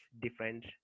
different